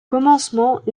commencement